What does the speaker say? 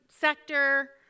sector